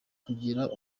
kugira